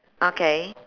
okay